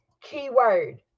keyword